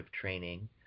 training